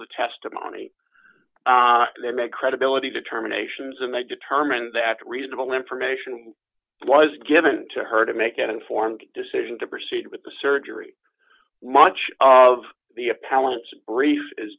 the testimony and they made credibility determinations and they determined that reasonable information was given to her to make an informed decision to proceed with the surgery much of the appellant's brief is